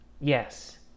Yes